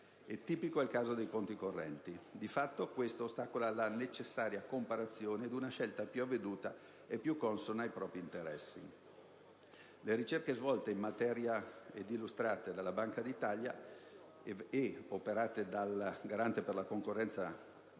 tipico è il caso dei conti correnti. Di fatto questo ostacola la necessaria comparazione ed una scelta più avveduta e più consona ai propri interessi. Le ricerche svolte in materia, illustrate dalla Banca d'Italia ed operate dall'Autorità garante della concorrenza e del